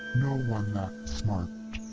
no one that smart.